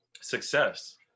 success